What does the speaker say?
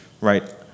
right